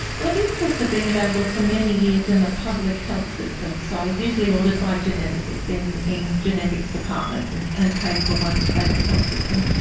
well, these tests have been available for many years in the public health system, so usually ordered by geneticists in in genetics departments and and paid for by the state health system,